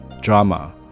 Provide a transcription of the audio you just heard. drama